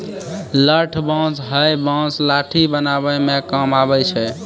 लठ बांस हैय बांस लाठी बनावै म काम आबै छै